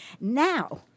Now